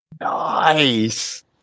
Nice